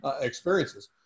experiences